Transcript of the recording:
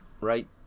right